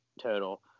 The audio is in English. total